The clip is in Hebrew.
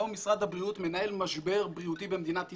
היום משרד הבריאות מנהל משבר בריאותי במדינת ישראל.